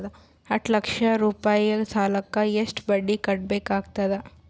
ಹತ್ತ ಲಕ್ಷ ರೂಪಾಯಿ ಸಾಲಕ್ಕ ಎಷ್ಟ ಬಡ್ಡಿ ಕಟ್ಟಬೇಕಾಗತದ?